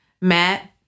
matt